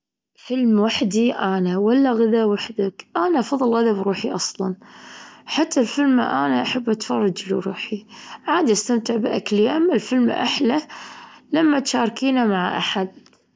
فيلم وحدي أنا ولا غذاء وحدك، أنا أفضل غذاء بروحي أصلًا، حتى الفيلم أنا أحب أتفرج لروحي، عادي أستمتع بأكلي، أما الفيلم أحلى لما تشاركينه مع أحد.